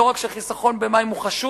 לא רק שחיסכון במים הוא חשוב,